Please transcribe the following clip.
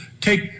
Take